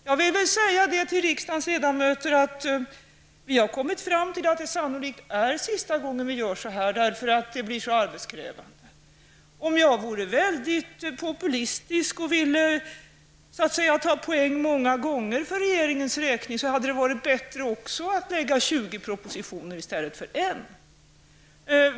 Jag vill säga till riskdagens ledamöter att vi har kommit fram till att detta sannolikt är sista gången vi gör på detta sätt, eftersom det blir så arbetskrävande Om jag vore väldigt populistisk och ville ta poäng många gånger för regeringens räkning, hade det varit bättre att lägga fram 20 propositioner i stället för en.